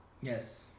Yes